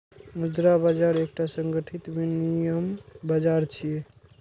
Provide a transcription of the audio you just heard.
मुद्रा बाजार एकटा संगठित विनियम बाजार छियै